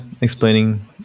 explaining